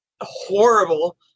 horrible